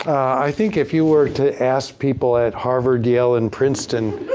i think if you were to ask people at harvard, yale and princeton,